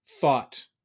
thought